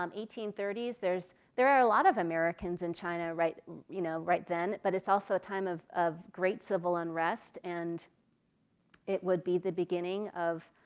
um eighteen thirty s, there are a lot of americans in china right you know right then. but it's also time of of great civil unrest. and it would be the beginning of